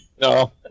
No